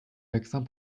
vaccins